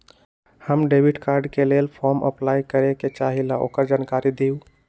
हम debit card के लेल फॉर्म अपलाई करे के चाहीं ल ओकर जानकारी दीउ?